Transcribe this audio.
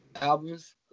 albums